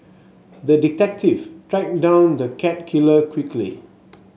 the detective tracked down the cat killer quickly